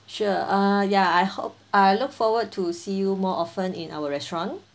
sure err ya I hope I look forward to see you more often in our restaurant